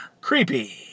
creepy